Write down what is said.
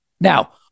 Now